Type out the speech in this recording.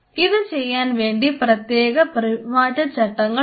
ഇത് ചെയ്യാൻ വേണ്ടി പ്രത്യേക പെരുമാറ്റചട്ടങ്ങൾ ഉണ്ട്